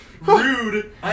Rude